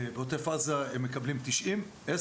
בעוטף עזה הם מקבלים 90-10,